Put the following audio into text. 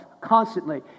constantly